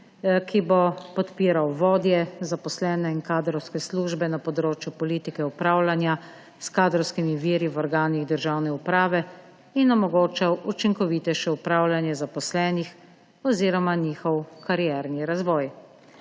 ki bo podpiral vodje, zaposlene in kadrovske službe na področju politike upravljanja s kadrovskimi viri v organih državne uprave in omogočal učinkovitejše upravljanje zaposlenih oziroma njihov karierni razvoj,